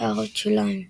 הערות שוליים ==